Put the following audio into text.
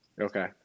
okay